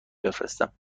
بفرستم